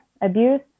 abuse